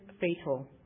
fatal